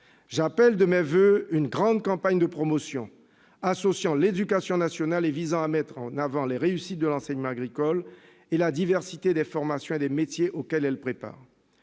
j'appelle de mes voeux le lancement d'une grande campagne de promotion associant l'éducation nationale et visant à mettre en avant les réussites de cet enseignement et la diversité des formations et des métiers auxquels il prépare.